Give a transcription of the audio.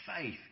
faith